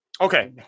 Okay